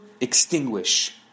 extinguish